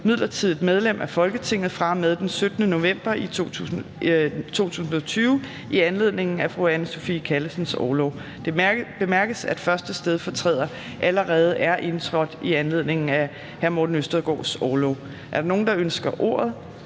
midlertidigt medlem af Folketinget fra og med den 17. november 2020, i anledning af Anne Sophie Callesens orlov. Det bemærkes, at 1. stedfortræder allerede er indtrådt i anledning af Morten Østergaards orlov. Er der nogen, der ønsker ordet?